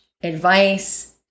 advice